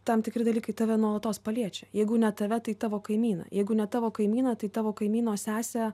tam tikri dalykai tave nuolatos paliečia jeigu ne tave tai tavo kaimyną jeigu ne tavo kaimyną tai tavo kaimyno sesę